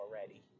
already